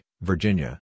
Virginia